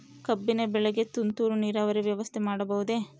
ಕಬ್ಬಿನ ಬೆಳೆಗೆ ತುಂತುರು ನೇರಾವರಿ ವ್ಯವಸ್ಥೆ ಮಾಡಬಹುದೇ?